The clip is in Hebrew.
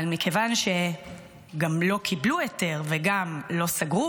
אבל מכיוון שגם לא קיבלו היתר וגם לא סגרו